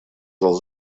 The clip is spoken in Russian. зал